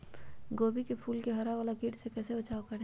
गोभी के फूल मे हरा वाला कीट से कैसे बचाब करें?